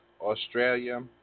Australia